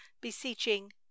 beseeching